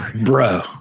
Bro